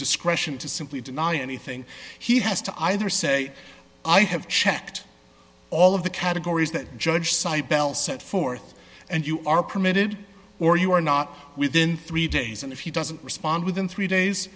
discretion to simply deny anything he has to either say i have checked all of the categories that judge sydell set forth and you are permitted or you are not within three days and if he doesn't respond within three days